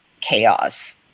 chaos